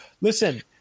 listen